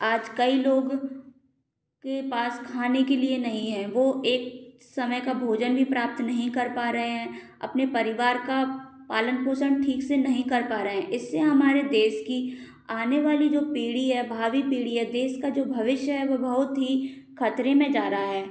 आज कई लोग के पास खाने के लिए नहीं है वो एक समय का भोजन भी प्राप्त नहीं कर पा रहे हैं अपने परिवार का पालन पोषण ठीक से नहीं कर पा रहें इससे हमारे देश की आने वाली जो पीढ़ी है भावी पीढ़ी है देश का जो भविष्य है वो बहुत ही खतरे में जा रहा है